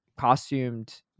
costumed